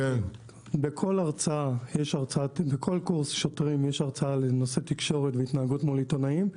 בכל קורס שוטרים יש הרצאה בנושא תקשורת והתנהגות מול עיתונאים.